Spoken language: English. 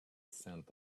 sent